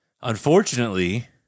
Unfortunately